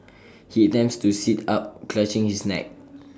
he attempts to sit up clutching his neck